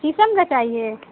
شیشم کا چاہیے